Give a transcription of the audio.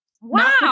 Wow